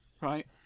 right